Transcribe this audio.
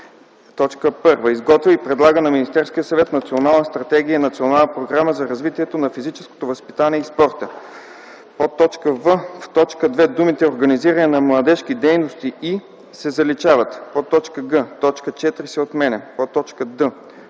така: „1. изготвя и предлага на Министерския съвет Национална стратегия и Национална програма за развитието на физическото възпитание и спорта”; в) в т. 2 думите „организиране на младежките дейности и” се заличават; г) точка 4 се отменя; д) в т.